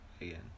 Again